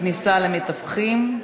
כניסה למטווחים),